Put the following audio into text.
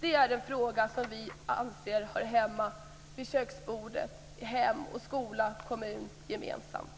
Den frågan anser vi hör hemma vid köksbordet, i hem, skola och kommun gemensamt.